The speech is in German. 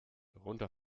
runter